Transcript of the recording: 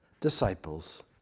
disciples